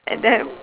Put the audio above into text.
and then